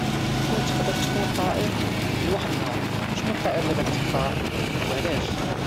كون تقدر تكون طائر لواحد النهار شكون الطائر اللي غادي تختار او علاش؟